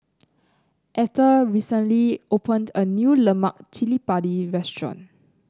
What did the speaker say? etter recently opened a new Lemak Cili Padi restaurant